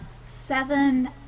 seven